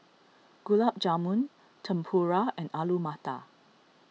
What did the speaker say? Gulab Jamun Tempura and Alu Matar